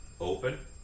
open